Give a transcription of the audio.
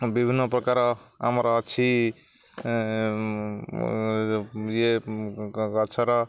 ବିଭିନ୍ନ ପ୍ରକାର ଆମର ଅଛି ଇଏ ଗଛର